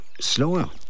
slower